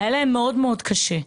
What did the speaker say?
היה להם קשה מאוד.